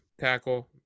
tackle